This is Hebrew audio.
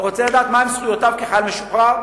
רוצה לדעת מהן זכויותיו כחייל משוחרר,